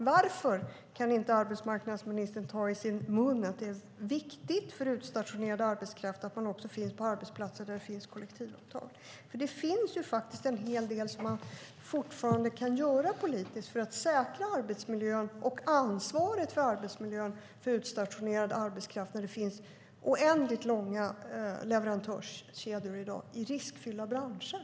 Varför kan inte arbetsmarknadsministern ta i sin mun att det är viktigt för utstationerad arbetskraft att man är på arbetsplatser där det finns kollektivavtal? Det finns faktiskt en hel del som man fortfarande kan göra politiskt för att säkra arbetsmiljön och ansvaret för arbetsmiljön för utstationerad arbetskraft när det finns oändligt långa leverantörskedjor i dag i riskfyllda branscher.